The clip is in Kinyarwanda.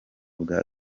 bwa